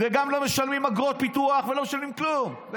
וגם לא משלמים אגרות פיתוח ולא משלמים כלום,